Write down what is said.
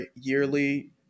yearly